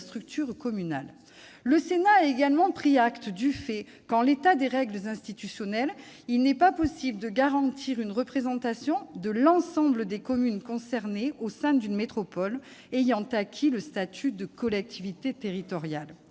structure communale. Le Sénat a également pris acte du fait que, en l'état des règles institutionnelles, il n'est pas possible de garantir une représentation de l'ensemble des communes concernées au sein d'une métropole ayant acquis le statut de collectivité territoriale.